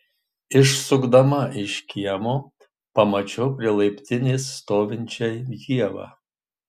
išsukdama iš kiemo pamačiau prie laiptinės stovinčią ievą